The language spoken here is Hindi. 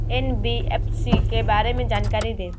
एन.बी.एफ.सी के बारे में जानकारी दें?